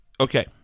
okay